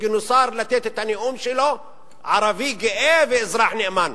דאג לתת את הנאום שלו בגינוסר: ערבי גאה ואזרח נאמן.